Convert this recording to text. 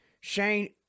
Shane